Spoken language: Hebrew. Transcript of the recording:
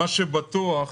מה שבטוח,